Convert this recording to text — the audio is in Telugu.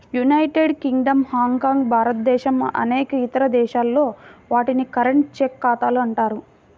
యునైటెడ్ కింగ్డమ్, హాంకాంగ్, భారతదేశం అనేక ఇతర దేశాల్లో, వాటిని కరెంట్, చెక్ ఖాతాలు అంటారు